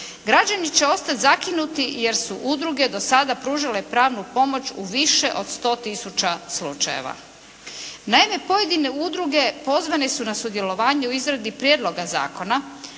Građani će ostati zakinuti jer su udruge do sada pružale pravnu pomoć u više od 100 tisuća slučajeva. Naime pojedine udruge pozvane su na sudjelovanje u izradi Prijedloga zakona